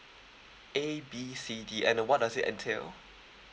A B C D and uh what does it entail